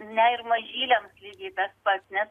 ne ir mažyliams lygiai tas pats nes